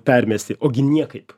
permesti ogi niekaip